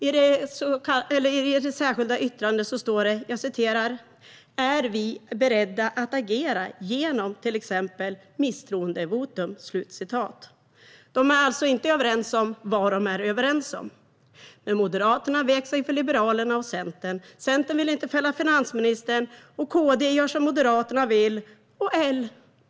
I det särskilda yttrandet står det att de är beredda att agera genom till exempel misstroendevotum. De är alltså inte överens om vad de är överens om. Men Moderaterna vek sig för Liberalerna och Centern. Centern vill inte fälla finansministern, och KD gör som Moderaterna vill.